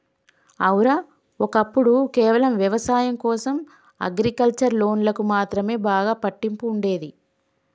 ఔర, ఒక్కప్పుడు కేవలం వ్యవసాయం కోసం అగ్రికల్చర్ లోన్లకు మాత్రమే బాగా పట్టింపు ఉండేది